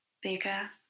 bigger